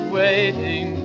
waiting